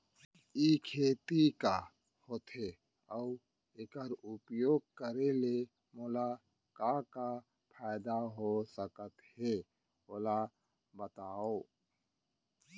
ई खेती का होथे, अऊ एखर उपयोग करे ले मोला का का फायदा हो सकत हे ओला बतावव?